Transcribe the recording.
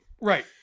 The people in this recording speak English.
Right